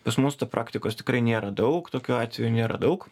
pas mus tai praktikos tikrai nėra daug tokių atvejų nėra daug